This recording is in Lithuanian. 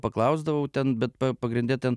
paklausdavau ten bet pagrinde ten